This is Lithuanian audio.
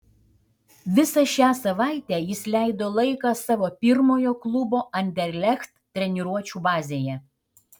visą šią savaitę jis leido laiką savo pirmojo klubo anderlecht treniruočių bazėje